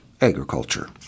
agriculture